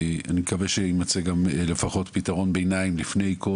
אני מקווה שיימצא גם לפחות פתרון ביניים לפני כל